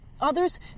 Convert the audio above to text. Others